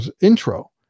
intro